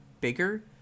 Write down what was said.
bigger